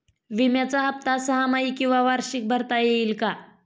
विम्याचा हफ्ता सहामाही किंवा वार्षिक भरता येईल का?